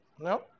Nope